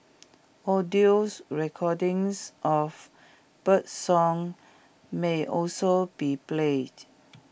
audios recordings of birdsong may also be played